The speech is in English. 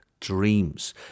Dreams